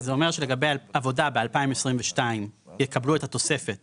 זה אומר שלגבי עבודה ב-2022 יקבלו את התוספת